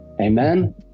Amen